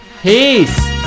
Peace